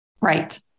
Right